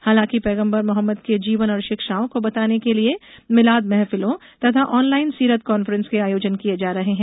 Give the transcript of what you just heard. हालांकि पैगम्बर मोहम्मद के जीवन और शिक्षाओं को बताने के लिए मीलाद महफिलों तथा ऑनलाइन सीरत कांफ्रेंस के आयोजन किए जा रहे हैं